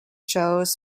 shows